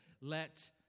let